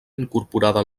incorporada